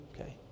okay